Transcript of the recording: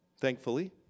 Thankfully